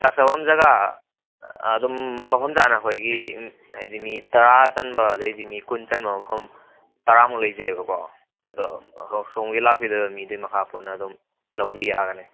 ꯆꯥꯛ ꯆꯥꯐꯝ ꯖꯒꯥ ꯑꯗꯨꯝ ꯃꯐꯝ ꯆꯥꯅ ꯑꯩꯈꯣꯏꯒꯤ ꯍꯥꯏꯗꯤ ꯃꯤ ꯇꯔꯥ ꯆꯟꯕ ꯑꯗꯩꯗꯤ ꯃꯤ ꯀꯨꯟ ꯆꯟꯕ ꯃꯐꯝ ꯇꯔꯥꯃꯨꯛ ꯂꯩꯖꯩꯑꯕꯀꯣ ꯑꯗꯣ ꯑꯗꯣ ꯁꯣꯝꯒꯤ ꯂꯥꯛꯄꯤꯗꯣꯏꯕ ꯃꯤꯗꯨꯒꯤ ꯃꯈꯥ ꯄꯣꯟꯅ ꯑꯗꯨꯝ ꯂꯧꯕꯤ ꯌꯥꯒꯅꯤ